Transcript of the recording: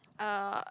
uh